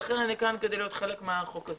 אני כאן כדי להיות חלק מהחוק הזה.